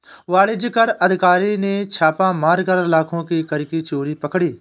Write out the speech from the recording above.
वाणिज्य कर अधिकारी ने छापा मारकर लाखों की कर की चोरी पकड़ी